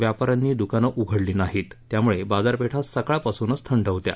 व्यापाऱ्यातीी द्कान जिघडली नाहीत त्यामुळे बाजारपेठा सकाळपासूनच थद्द होत्या